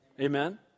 Amen